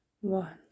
one